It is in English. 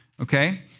okay